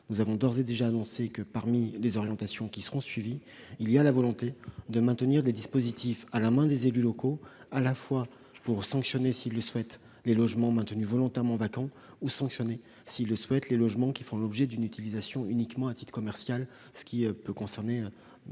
nous avons d'ores et déjà annoncé, parmi les orientations qui seront suivies, la volonté de maintenir des dispositifs à la main des élus locaux, à la fois pour sanctionner, s'ils le souhaitent, les propriétaires de logements maintenus volontairement vacants ou les propriétaires de logements qui font l'objet d'une utilisation uniquement à titre commercial, ce qui peut être